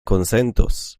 konsentos